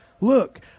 Look